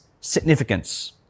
significance